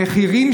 המחירים,